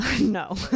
No